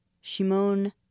Shimon